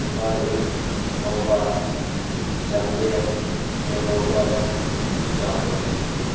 Imphal East Thoubal Chandel Tengnoupal Churachandpur